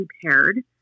prepared